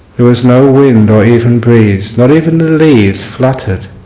there was no wind or even breeze not even the leaves fluttered